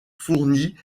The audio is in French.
fournit